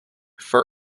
for